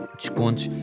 descontos